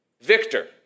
victor